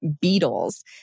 beetles